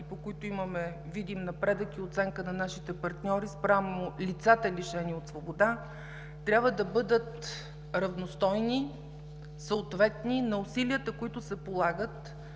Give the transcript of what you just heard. по които имаме видим напредък и оценка на нашите партньори спрямо лицата, лишени от свобода, трябва да бъдат равностойни, съответни на усилията, които се полагат